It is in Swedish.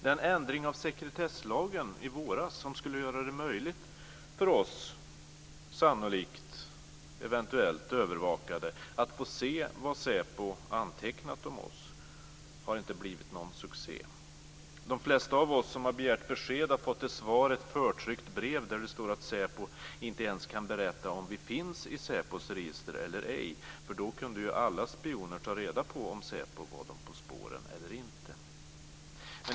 Den ändring av sekretesslagen i våras som skulle göra det möjligt för oss sannolikt, eventuellt, övervakade att få se vad SÄPO antecknat om oss har inte blivit någon succé. De flesta av oss som begärt besked har fått till svar ett förtryckt brev där det står att SÄPO inte ens kan berätta om vi finns i SÄPO:s register eller ej, för då kunde alla spioner ta reda på om SÄPO var dem på spåren eller inte.